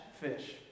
fish